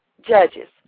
judges